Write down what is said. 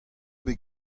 bet